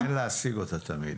אין להשיג אותה תמיד.